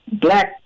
black